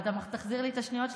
רק תחזיר לי את השניות שלי,